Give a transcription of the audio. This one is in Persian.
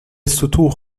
ستوه